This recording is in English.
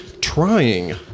Trying